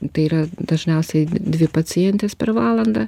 tai yra dažniausiai dvi pacientės per valandą